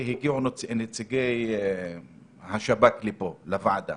והגיעו נציגי השב"כ לפה לוועדה